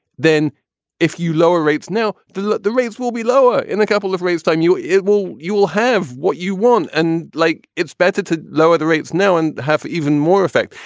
then if you lower rates now, the like the rates will be lower in a couple of rates time you it will you will have what you want. and like it's better to lower the rates now and have even more effect.